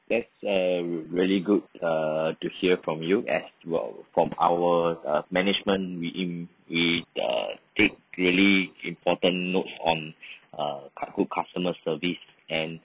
that's uh really good uh to hear from you as well from our management in is a really important notes on a good customer service and